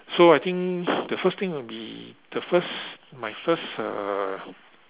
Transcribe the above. so I think the first thing will be the first my first uh